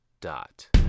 dot